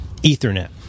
ethernet